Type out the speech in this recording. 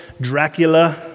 Dracula